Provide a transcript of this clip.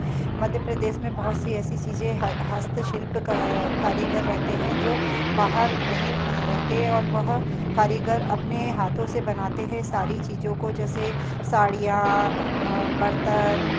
मध्यप्रदेश में बहुत सी ऐसी चीज़ें हस्तशिल्प क कारीगर रहते हैं जो बाहर नहीं रहते और वह कारीगर अपने हाथों से बनाते है सारी चीज़ों को जैसे साड़ियाँ बर्तन